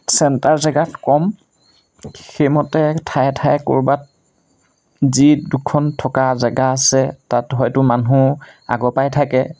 centre জেগাত কম সেইমতে ঠায়ে ঠায়ে ক'ৰবাত যি দুখন থকা জেগা আছে তাত হয়তো মানুহ আগৰপৰাই থাকে